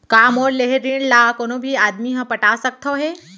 का मोर लेहे ऋण ला कोनो भी आदमी ह पटा सकथव हे?